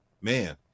man